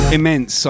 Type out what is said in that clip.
Immense